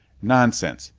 nonsense!